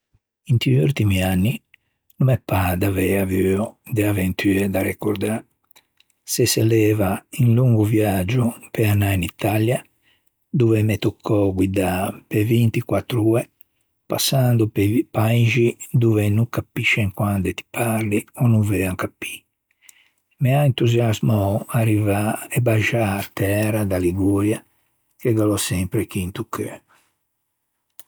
Inti ultimi anni no me pâ d'avei avuo de avventue da recordâ se se leva un longo viagio pe anâ in Italia dove m'é toccou guidâ pe vintiquattr'oe passando pe-i paixi dove no capiscen quande ti parli ò no veuan capî. M'à entusiasmou arrivâ e baxâ a tæra da Liguria che ghe l'ò sempre chì into cheu.